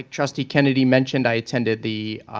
like trustee kennedy mentioned, i attended the